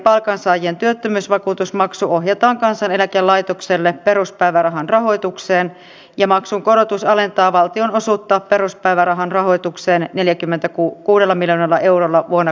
toisaalta päivähoidon rajaaminen vaikuttaa myös työssäkäyntiin ja maksun korotus alentaa valtionosuutta peruspäivärahan rahoitukseen neljäkymmentä kuukkuudella miljoonalla eurolla vuonna